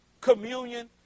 communion